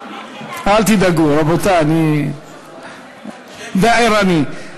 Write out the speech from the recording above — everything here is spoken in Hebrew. אל תדאגו, רבותי, אני די ערני.